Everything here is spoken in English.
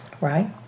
Right